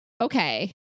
okay